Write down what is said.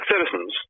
citizens